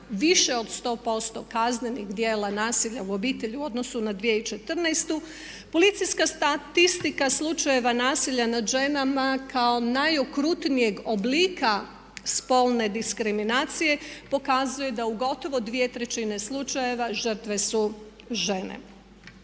više od 100% kaznenih djela nasilja u obitelji u odnosu na 2014. Policijska statistika slučajeva nasilja nad ženama kao najokrutnijeg oblika spolne diskriminacije pokazuje da u gotovo dvije trećine slučajeva žrtve su žene.